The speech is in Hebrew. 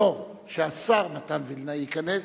לא, כשהשר מתן וילנאי ייכנס,